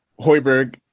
Hoiberg